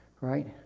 right